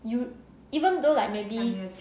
you even though like maybe